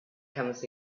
comes